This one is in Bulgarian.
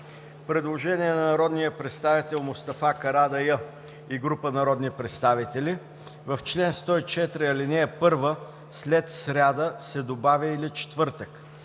предложение от народния представител Мустафа Карадайъ и група народни представители: „В чл. 104, ал. 1 след „сряда“ се добавя „или четвъртък“.